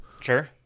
Sure